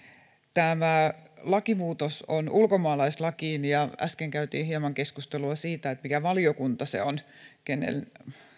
tämä lakimuutos on ulkomaalaislakiin ja äsken käytiin hieman keskustelua siitä mikä valiokunta se on kenen